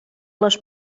les